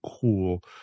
cool